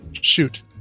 Shoot